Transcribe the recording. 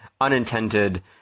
unintended